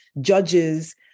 judges